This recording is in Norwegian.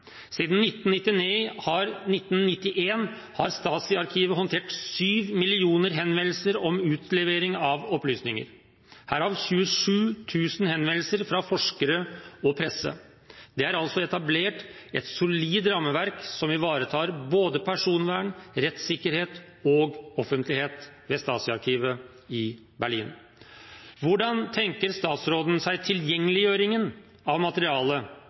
Siden 1991 har Stasi-arkivet håndtert 7 millioner henvendelser om utlevering av opplysninger, herav 27 000 henvendelser fra forskere og presse. Det er altså etablert et solid rammeverk som ivaretar både personvern, rettssikkerhet og offentlighet ved Stasi-arkivet i Berlin. Hvordan tenker statsråden seg tilgjengeliggjøringen av